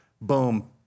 boom